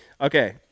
Okay